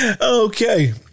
okay